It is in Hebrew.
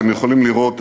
אתם יכולים לראות,